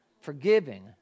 forgiving